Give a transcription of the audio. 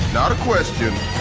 not a question.